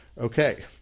Okay